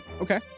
Okay